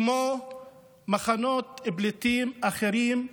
כמו מחנות פליטים אחרים,